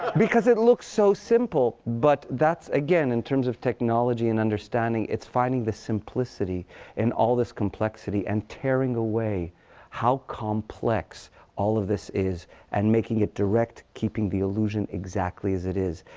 because it looks so simple. but again, in terms of technology and understanding, it's finding the simplicity in all this complexity and tearing away how complex all of this is and making it direct, keeping the illusion exactly as it is.